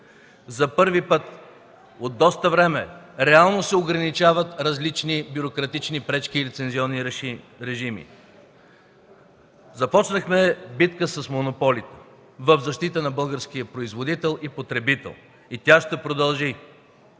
За първи път от доста време реално се ограничават различни бюрократични пречки и лицензионни режими. Започнахме битка с монополите в защита на българския производител и потребител и тя ще продължи.